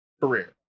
career